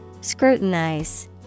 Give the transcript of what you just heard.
Scrutinize